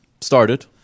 Started